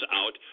out